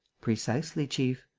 precisely, chief.